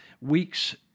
weeks